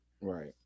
Right